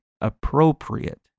appropriate